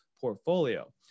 portfolio